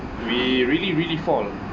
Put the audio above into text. we really really fall